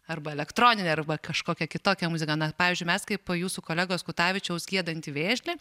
arba elektronine arba kažkokia kitokia muzika na pavyzdžiui mes kaip jūsų kolegos kutavičiaus giedantį vėžlį